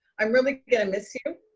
i'm really gonna miss you.